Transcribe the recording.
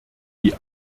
die